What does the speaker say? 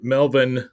Melvin